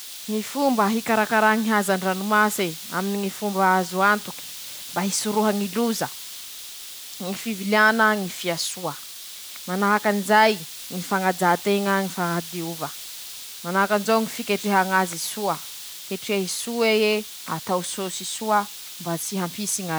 Ñy fomba fiketrehako pizza noho ñy paty lafa zaho ro an-traño ao: <ptoa>ampandeveziko ñy rano, ketrehiko paty iñy, masaky paty iñé karakarako ñy sôsiny, masaky ñy sôsiny iñy afangaro rozy roé engà eroy ;ñy fomba fiketrehako pizza, mila lafariny aho, mila rano mafana ñy lalivay i, menaky, ñy sira, siramamy <ptoa>;afangaroko iaby io mañome pizza laha bakeo.